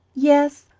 yes,